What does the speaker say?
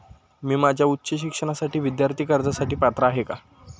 मी माझ्या उच्च शिक्षणासाठी विद्यार्थी कर्जासाठी पात्र आहे का?